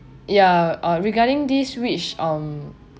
ya uh regarding this which on